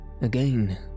Again